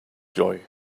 joy